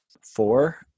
four